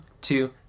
two